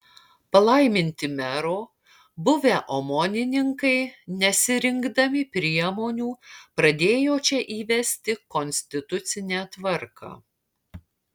palaiminti mero buvę omonininkai nesirinkdami priemonių padėjo čia įvesti konstitucinę tvarką